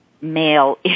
male